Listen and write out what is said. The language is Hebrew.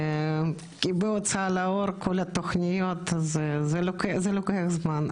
כי התוכניות בהוצאה לאור לוקחות זמן.